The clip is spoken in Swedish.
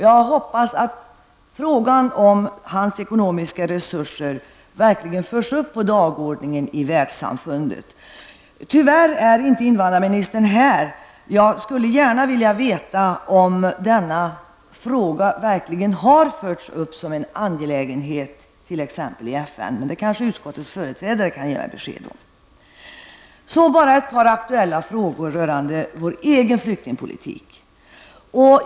Jag hoppas att frågan om flyktingkommissariats ekonomiska resurser verkligen förs upp på dagordningen i världssamfundet. Tyvärr är inte invandrarministern här, för jag skulle gärna vilja veta om denna fråga har förts upp som en angelägenhet, t.ex. i FN. Kanske utskottets företrädare kan ge besked. Så ett par aktuella frågor rörande vår egen flyktingpolitik.